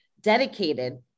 dedicated